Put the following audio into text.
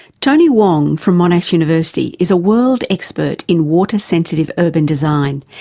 tony wong, from monash university is a world expert in water-sensitive urban design.